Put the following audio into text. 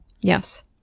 Yes